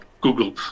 Google